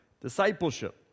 discipleship